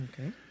Okay